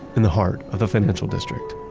in the heart of the financial district.